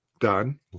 done